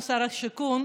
שר השיכון,